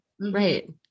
Right